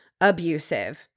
abusive